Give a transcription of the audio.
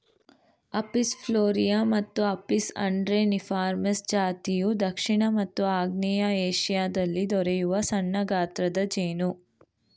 Apis florea ಮತ್ತು Apis andreniformis ಜಾತಿಯು ದಕ್ಷಿಣ ಮತ್ತು ಆಗ್ನೇಯ ಏಶಿಯಾದಲ್ಲಿ ದೊರೆಯುವ ಸಣ್ಣಗಾತ್ರದ ಜೇನು